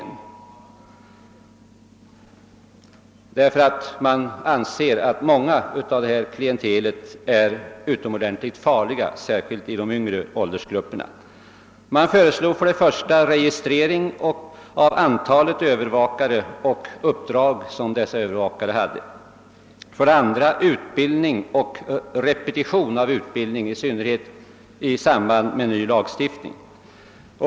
Man ansåg nämligen att många personer tillhörande detta klientel är utomordentligt farliga, särskilt i de yngre åldersgrupperna. Man föreslog för det första registrering av antalet övervakare och antalet uppdrag som dessa övervakare har och för det andra utbildning och repetition av tidigare utbildning, i synnerhet i samband med ny lagstiftning.